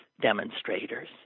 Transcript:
demonstrators